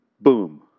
Boom